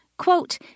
Quote